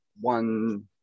one